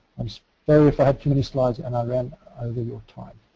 i'm sorry if i had too many slides and i ran over your time.